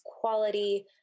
quality